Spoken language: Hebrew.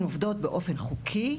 ואם הן עובדות באופן חוקי,